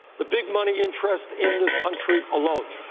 the big money interests in this country alone.